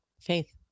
Faith